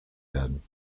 werden